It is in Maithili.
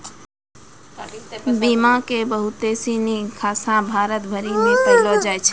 बीमा के बहुते सिनी शाखा भारत भरि मे पायलो जाय छै